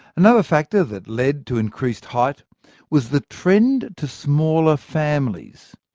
another factor that led to increased height was the trend to smaller families.